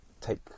take